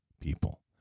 people